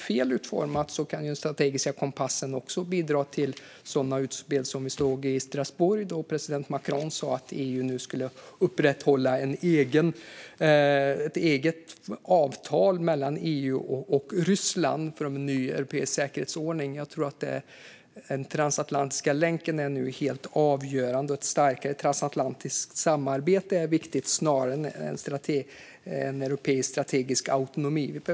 Fel utformad kan den strategiska kompassen dock bidra till sådana utspel som vi såg i Strasbourg då president Macron sa att EU nu skulle upprätthålla ett eget avtal mellan EU och Ryssland för en ny europeisk säkerhetsordning. Jag tror att den transatlantiska länken nu är helt avgörande och att ett starkare transatlantiskt samarbete, snarare än en europeisk strategisk autonomi, är viktigt.